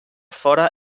fora